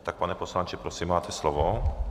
Tak pane poslanče, prosím, máte slovo.